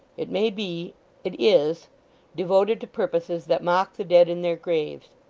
it may be it is devoted to purposes that mock the dead in their graves.